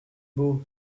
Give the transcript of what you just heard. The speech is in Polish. był